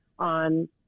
on